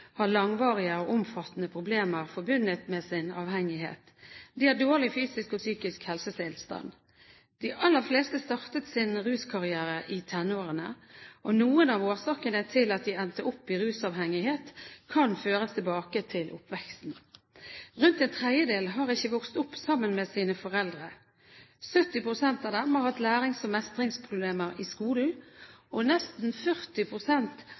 har langvarige og omfattende problemer forbundet med sin avhengighet. De har dårlig fysisk og psykisk helsetilstand. De aller fleste startet sin ruskarriere i tenårene, og noen av årsakene til at de endte opp i rusavhengighet kan føres tilbake til oppveksten. Rundt en tredjedel har ikke vokst opp sammen med sine foreldre. 70 pst. av dem har hatt lærings- og mestringsproblemer i skolen, og nesten